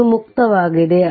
ಆದ್ದರಿಂದ ಇದು ಮುಕ್ತವಾಗಿದೆ